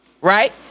right